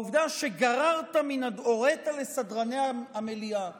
העובדה שהורית לסדרני המליאה